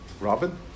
Robin